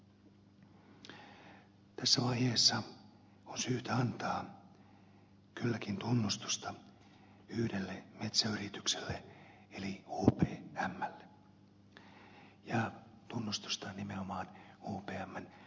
tässä vaiheessa on syytä antaa kylläkin tunnustusta yhdelle metsäyritykselle eli upmlle ja tunnustusta nimenomaan upmn yhteiskuntavastuusta